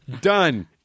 Done